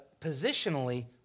positionally